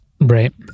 right